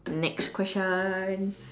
next question